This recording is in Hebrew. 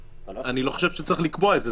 אני לא חושב שצריך לקבוע את זה,